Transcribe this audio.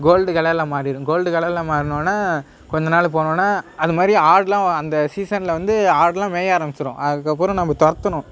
gold கலரில் மாறிவிடும் கோல்டுக்கு கலரில் மாறினோன்ன கொஞ்ச நாள் போனோவுன்ன அதுமாதிரி ஆடெலாம் அந்த சீசனில் வந்து ஆடெலாம் மேய ஆரமிச்சுரும் அதுக்கப்புறம் நம்ம துரத்துணும்